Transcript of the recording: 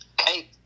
hey